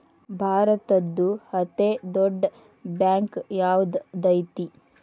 ಭಾರತದ್ದು ಅತೇ ದೊಡ್ಡ್ ಬ್ಯಾಂಕ್ ಯಾವ್ದದೈತಿ?